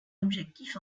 objectif